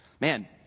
man